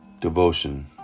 Devotion